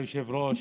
אדוני היושב-ראש,